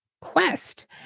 quest